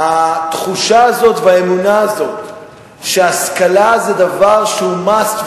התחושה הזו והאמונה הזו שהשכלה זה דבר שהוא must,